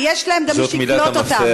זאת מילת המפתח: